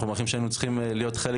אנחנו מעריכים שהיינו צריכים להיות חלק